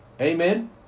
Amen